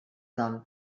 dol